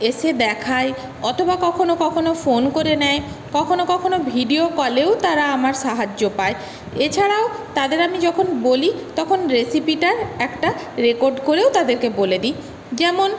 এসে দেখায় অথবা কখনো কখনো ফোন করে নেয় কখনো কখনো ভিডিও কলেও তারা আমার সাহায্য পায় এছাড়াও তাদের আমি যখন বলি তখন রেসিপিটার একটা রেকর্ড করেও তাদেরকে বলে দিই যেমন